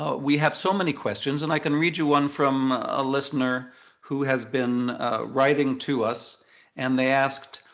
we have so many questions and i can read you one from a listener who has been writing to us and they asked,